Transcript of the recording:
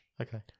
Okay